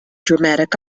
dramatic